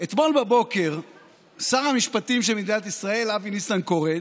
אתמול בבוקר שר המשפטים של מדינת ישראל אבי ניסנקורן